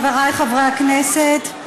חברי חברי הכנסת,